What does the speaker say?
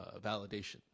validation